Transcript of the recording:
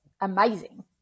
amazing